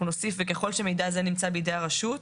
נוסיף: "וככל שמידע זה נמצא בידי הרשות,